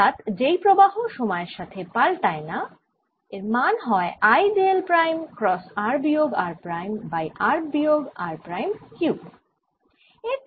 অর্থাৎ যেই প্রবাহ সময়ের সাথে পাল্টায় না এর মান হয় l d l prime cross r বিয়োগ r প্রাইম বাই r বিয়োগ r প্রাইম কিউব